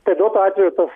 todėl tuo atveju ir tas